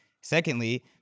secondly